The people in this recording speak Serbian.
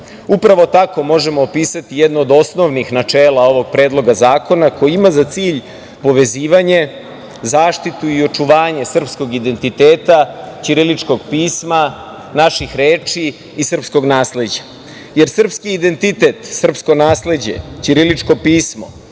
tako možemo opisati jedno od osnovnih načela ovog Predloga zakona, koji ima za cilj povezivanje, zaštitu i očuvanje srpskog identiteta, ćiriličkog pisma, naših reči i srpskog nasleđa, jer srpski identitet, srpsko nasleđe, ćiriličko pismo